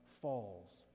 falls